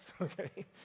okay